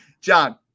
John